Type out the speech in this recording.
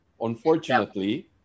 Unfortunately